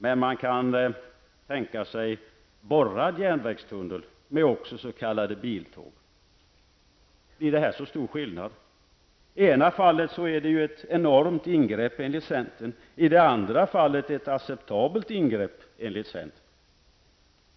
Men man kan tänka sig en borrad järnvägstunnel med s.k. biltåg. Blir det så stor skillnad? I det ena fallet rör det sig enligt centern om ett enormt stort ingrepp, i det andra fallet är den enligt centern ett acceptabelt ingrepp.